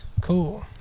Cool